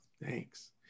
Thanks